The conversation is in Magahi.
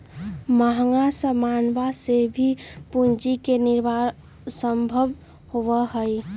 महंगा समनवन से भी पूंजी के निर्माण सम्भव होबा हई